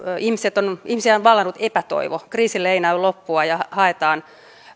ihmiset on vallannut epätoivo kriisille ei näy loppua ja haetaan